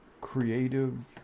creative